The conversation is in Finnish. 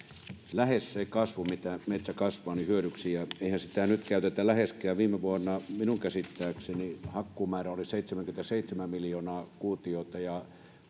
lähes sen kasvun mitä metsä kasvaa ja eihän sitä nyt käytetä läheskään viime vuonna minun käsittääkseni hakkuumäärä oli seitsemänkymmentäseitsemän miljoonaa kuutiota ja